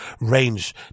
range